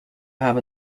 have